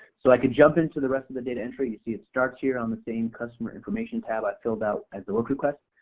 so i can jump into the rest of the data entry, you can see it starts here on the same customer information tab i filled out as the work request.